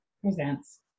presents